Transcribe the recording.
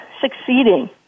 succeeding